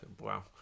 Wow